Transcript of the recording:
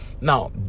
Now